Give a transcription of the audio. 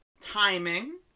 Timing